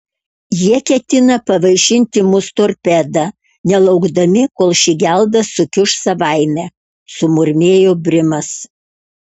jie ketina pavaišinti mus torpeda nelaukdami kol ši gelda sukiuš savaime sumurmėjo brimas